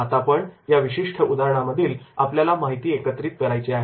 आता पण या विशिष्ट उदाहरणामधील आपल्याला माहिती एकत्रित करायची आहे